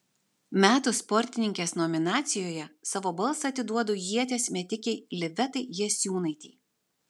metų sportininkės nominacijoje savo balsą atiduodu ieties metikei livetai jasiūnaitei